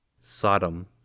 Sodom